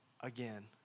again